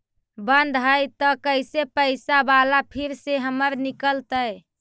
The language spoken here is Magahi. बन्द हैं त कैसे पैसा बाला फिर से हमर निकलतय?